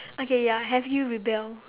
okay ya have you rebel